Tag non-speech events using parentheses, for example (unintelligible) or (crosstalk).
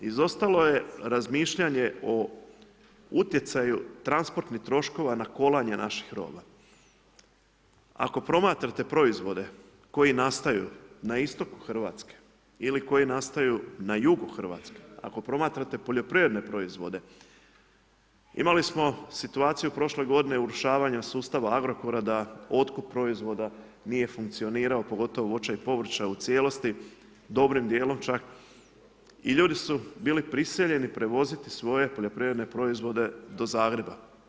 Izostalo je razmišljanje o utjecaju transportnih troškova na kolanje naših ... (unintelligible) Ako promatrate proizvode koji nastaju na istoku Hrvatske ili koji nastaju na jugu Hrvatske, ako promatrate poljoprivredne proizvode, imali smo situaciju prošle godine urušavanja sustava Agrokora da otkup proizvoda nije funkcionirao, pogotovo voća i povrća u cijelosti, dobrim djelom čak, i ljudi su bili prisiljeni prevoziti svoje poljoprivredne proizvode do Zagreba.